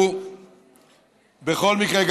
הוא בכל מקרה,